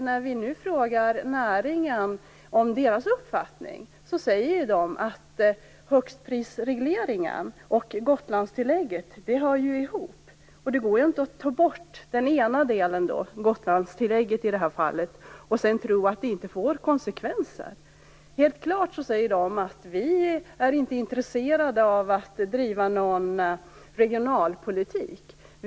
När vi nu frågar näringen om dess uppfattning säger man att högstprisregleringen och Gotlandstillägget hör ihop och att det inte går att ta bort den ena delen, Gotlandstillägget i det här fallet, och tro att det inte får konsekvenser. Man säger helt klart att man inte är intresserad av att driva någon regionalpolitik.